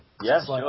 Yes